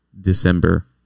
December